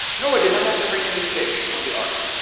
noah did not have to bring any fish on the ark.